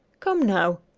come, now,